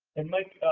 and, mike,